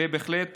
ובהחלט